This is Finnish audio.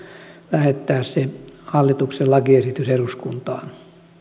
lähettää se hallituksen lakiesitys eduskuntaan